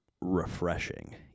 refreshing